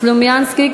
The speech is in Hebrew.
סלומינסקי,